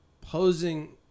posing